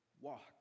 Walk